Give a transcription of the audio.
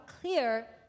clear